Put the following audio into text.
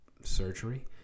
surgery